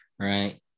right